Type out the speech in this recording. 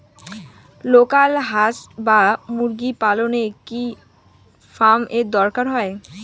Local হাস বা মুরগি পালনে কি ফার্ম এর দরকার হয়?